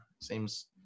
seems